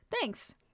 Thanks